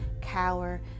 cower